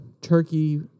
turkey